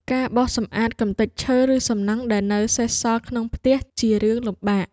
ការបោសសម្អាតកម្ទេចឈើ ឬសំណង់ដែលនៅសេសសល់ក្នុងផ្ទះ ជារឿងលំបាក។